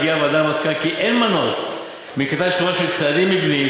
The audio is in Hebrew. הגיעה הוועדה למסקנה שאין מנוס מנקיטת שורה של צעדים מבניים